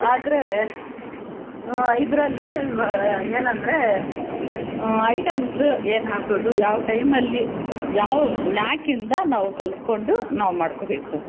ಆದರೆ ಇದರಲ್ಲಿ ಏನಂದರೆ ಐಟಮ್ಸ ಏನು ಹಾಕೋದು ಯಾವ ಟೈಮಲ್ಲಿ ಯಾವ ನ್ಯಾಕಿಂದ ನಾವು ಕಲ್ತ್ಕೊಂಡು ನಾವು ಮಾಡ್ಕೋಬೇಕು